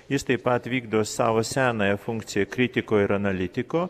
jis taip pat vykdo savo senąją funkciją kritiko ir analitiko